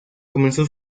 comenzó